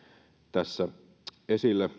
tässä esille